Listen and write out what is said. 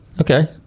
Okay